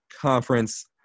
Conference